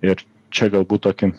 ir čia galbūt tokį